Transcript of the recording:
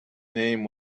name